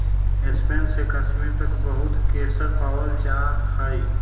Spain से कश्मीर तक बहुत केसर पावल जा हई